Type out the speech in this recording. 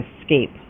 escape